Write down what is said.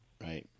Right